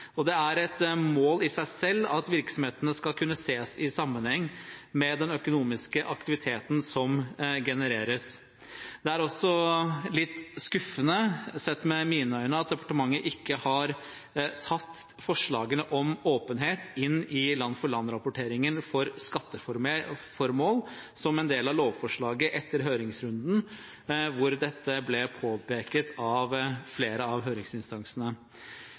og det er et mål i seg selv at virksomhetene skal kunne ses i sammenheng med den økonomiske aktiviteten som genereres. Det er også litt skuffende sett med mine øyne at departementet ikke har tatt forslagene om åpenhet inn i land-for-land-rapporteringen for skatteformål som en del av lovforslaget etter høringsrunden hvor dette ble påpekt av flere av høringsinstansene.